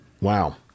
wow